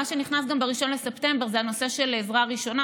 מה שנכנס ב-1 בספטמבר זה גם הנושא של עזרה ראשונה,